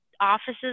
offices